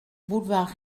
boulevard